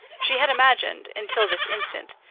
she had imagined, until this instant,